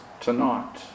tonight